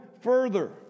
further